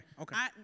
okay